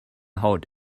haut